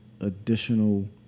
additional